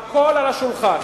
הכול על השולחן.